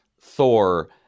Thor